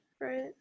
right